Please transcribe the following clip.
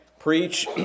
Preach